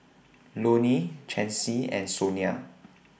Lonny Chancey and Sonia